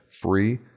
free